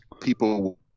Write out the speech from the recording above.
people